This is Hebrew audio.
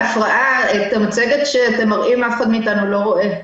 את המצגת שאתם מראים אף אחד מאיתנו לא רואה.